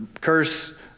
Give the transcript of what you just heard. curse